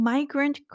Migrant